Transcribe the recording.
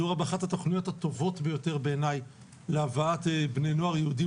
מדובר באחת התוכניות הטובות בעיני להבאת בני נוער יהודים